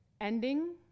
ending